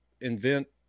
invent